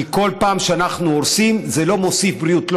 כי כל פעם שאנחנו הורסים זה לא מוסיף בריאות,